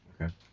Okay